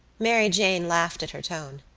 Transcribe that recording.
mary jane laughed at her tone.